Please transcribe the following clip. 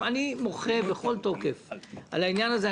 אני מוחה בכל תוקף על העניין הזה.